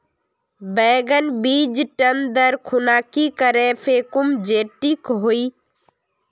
बैगन बीज टन दर खुना की करे फेकुम जे टिक हाई?